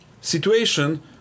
situation